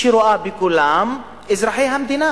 שרואה בכולם אזרחי המדינה